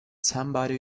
somebody